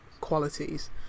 qualities